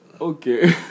okay